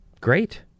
Great